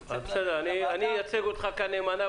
אני צריך ללכת לוועדה --- אני אייצג אותך כאן נאמנה,